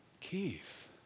Keith